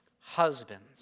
husbands